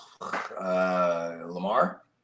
Lamar